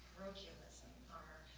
parochialism.